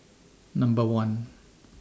Number one